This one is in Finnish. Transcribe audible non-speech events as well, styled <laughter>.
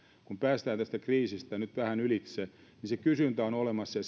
kun päästään tästä kriisistä nyt vähän ylitse niin se kysyntä on olemassa ja <unintelligible>